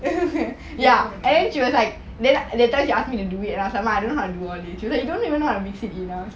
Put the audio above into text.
ya and she was like then that time she ask me to do it lah I was like ma I don't know how to do all these she was like you don't even know a basic dinner